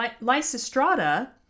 Lysistrata